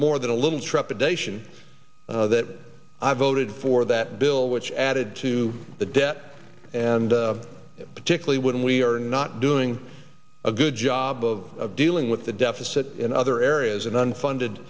more than a little trepidation that i voted for that bill which added to the debt and particularly when we are not doing a good job of dealing with the deficit in other areas and unfunded